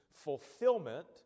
fulfillment